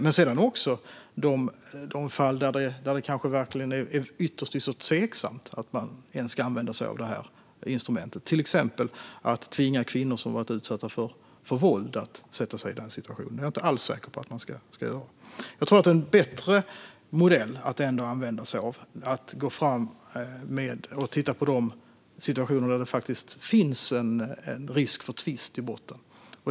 Sedan finns också de fall där det verkligen är tveksamt om man ska använda det här instrumentet, till exempel när det gäller att tvinga kvinnor som har varit utsatta för våld att sätta sig i den situationen. Jag är inte alls säker på att man ska göra det. Jag tror att en bättre modell att använda sig av är att titta på de situationer där det faktiskt finns en risk för tvist i botten.